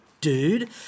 dude